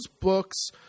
books